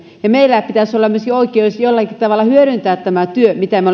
ja meillä pitäisi olla myöskin oikeus jollakin tavalla hyödyntää tämä työ mitä me